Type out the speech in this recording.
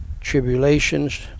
tribulations